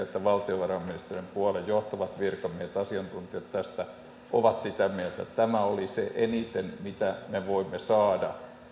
että valtiovarainministeriön puolelta johtavat virkamiehet ja asiantuntijat ovat tästä sitä mieltä että tämä oli eniten sitä mitä me voimme saada